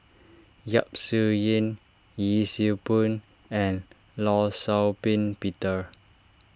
Yap Su Yin Yee Siew Pun and Law Shau Ping Peter